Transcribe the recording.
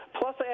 Plus